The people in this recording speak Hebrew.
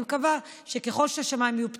אני מקווה שככל שהשמיים יהיו פתוחים,